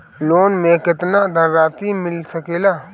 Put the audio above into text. Loan मे केतना धनराशी मिल सकेला?